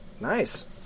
Nice